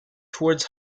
towards